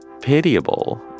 pitiable